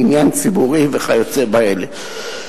עניין ציבורי וכיוצא באלה.